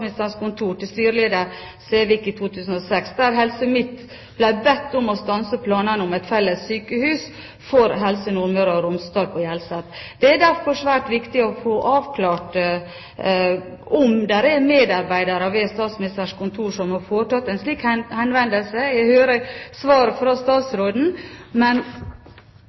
kontor til styreleder Sævik i 2006, der Helse Midt-Norge ble bedt om å stanse planene om et felles sykehus for Helse Nordmøre og Romsdal på Hjelset. Det er derfor svært viktig å få avklart om det er medarbeidere ved Statsministerens kontor som har foretatt en slik henvendelse. Jeg hører svaret fra statsråden, men